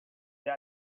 they